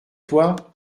toi